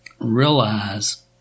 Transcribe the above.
realize